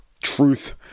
truth